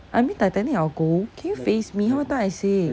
I mean titanic I will go can you face me how many time I say